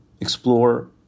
explore